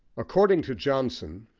according to johnson,